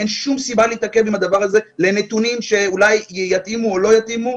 אין שום סיבה להתעכב עם הדבר הזה לנתונים שאולי יתאימו או לא יתאימו.